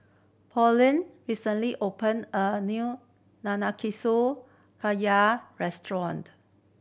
Pauline recently opened a new restaurant